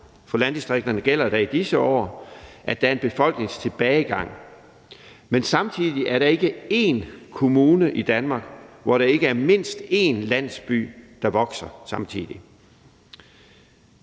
for landdistrikterne gælder der i disse år, at der er en befolkningstilbagegang, men samtidig er der ikke én kommune i Danmark, hvor der ikke er mindst én landsby, der vokser samtidig.